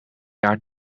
jaar